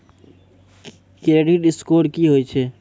Credit score की होय छै?